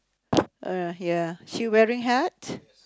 ah ya she wearing hat